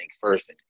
first